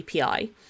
API